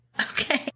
Okay